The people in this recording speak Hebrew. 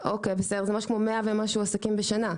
100 ומשהו עסקים בשנה.